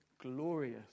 glorious